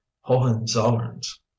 hohenzollerns